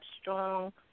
strong